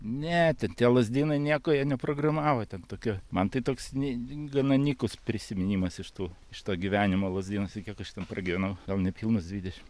ne ten tie lazdynai nieko jie ne programavo ten tokia man tai toks ne gana nykus prisiminimas iš tų iš to gyvenimo lazdynuose kiek aš ten pragyvenau gal nepilnus dvidešim